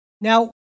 Now